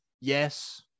yes